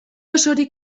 osorik